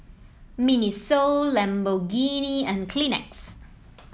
Miniso Lamborghini and Kleenex